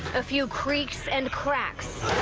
if you creaks and cracks.